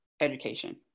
education